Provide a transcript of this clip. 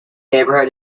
neighborhood